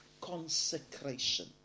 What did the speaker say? consecration